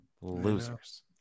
Losers